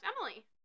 Emily